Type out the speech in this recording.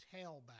tailback